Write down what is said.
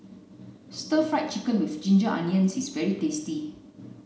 stir fried chicken with ginger onions is very tasty